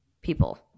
people